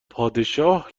پادشاه